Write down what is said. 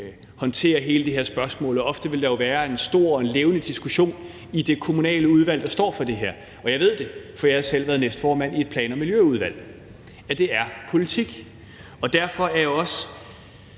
håndtere hele det her spørgsmål. Ofte vil der jo være en stor og levende diskussion i det kommunale udvalg, der står for det her. Og jeg ved det, for jeg har selv været næstformand i et plan- og miljøudvalg. Det er politik. Derfor er jeg også,